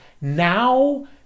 Now